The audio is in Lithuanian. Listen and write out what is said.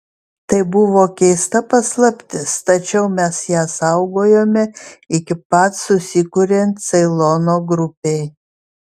tai buvo keista paslaptis tačiau mes ją saugojome iki pat susikuriant ceilono grupei